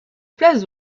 place